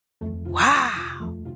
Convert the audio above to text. Wow